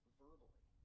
verbally